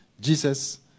Jesus